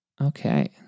Okay